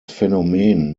phänomen